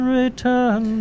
return